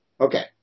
Okay